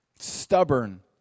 Stubborn